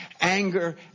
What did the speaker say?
anger